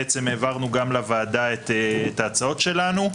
העברנו גם לוועדה את ההצעות שלנו.